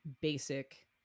basic